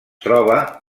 troba